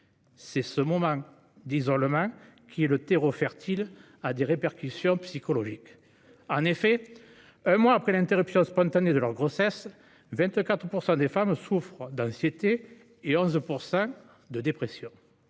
c'est ce même isolement qui est le terreau fertile de répercussions psychologiques. En effet, un mois après l'interruption spontanée de leur grossesse, 24 % des femmes souffrent d'anxiété et 11 % de dépression.